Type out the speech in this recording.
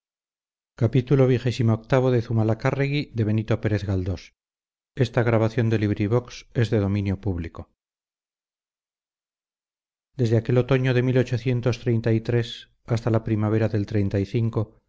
desde aquel otoño de hasta la primavera del